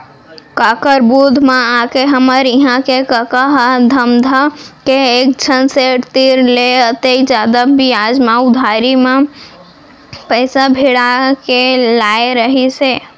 काकर बुध म आके हमर इहां के कका ह धमधा के एकझन सेठ तीर ले अतेक जादा बियाज म उधारी म पइसा भिड़ा के लाय रहिस हे